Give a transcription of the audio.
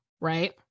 right